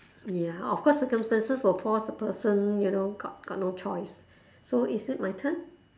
ya of course circumstances will force a person you know got got no choice so is it my turn